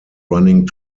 running